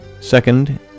Second